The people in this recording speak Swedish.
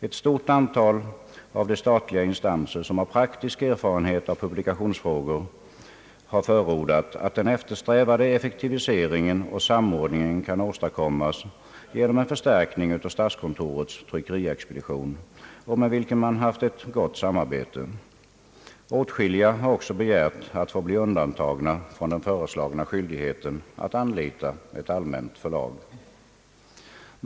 Ett stort antal av de statliga instanser som har praktisk erfarenhet av publiceringsfrågor har förordat, att den eftersträvade effektiviseringen och samord ningen kan åstadkommas genom en förstärkning av statskontorets tryckeriexpedition, med vilken man haft ett gott samarbete. Åtskilliga har också begärt att få bli undantagna från den föreslagna skyldigheten att anlita ett allmänt förlag.